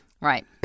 Right